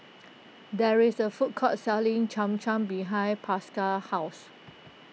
there is a food court selling Cham Cham behind Pascal's house